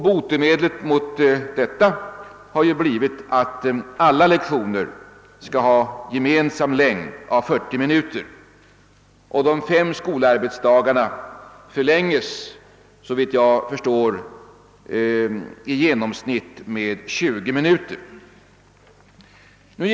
Botemedlet mot detta har blivit att alla lektioner skall ha en gemensam längd av 40 minuter och de fem skolarbetsdagarna förlängas, såvitt jag förstår, med i genomsnitt 20 minuter.